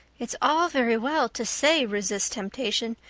it's all very well to say resist temptation,